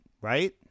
right